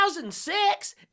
2006